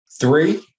Three